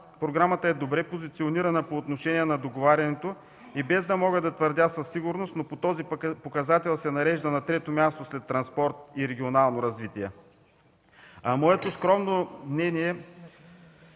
програмата е добре позиционирана по отношение на договарянето и без да мога да твърдя със сигурност, но по този показател се нарежда на трето място след „Транспорт” и „Регионално развитие”. А моето скромно мнение,